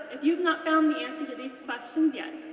if you've not found the answer to these questions yet,